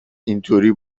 اینطوری